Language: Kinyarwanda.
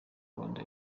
rwanda